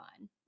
on